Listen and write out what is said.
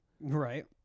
Right